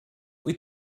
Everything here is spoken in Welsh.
wyt